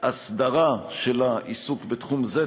הסדרה של העיסוק בתחום זה,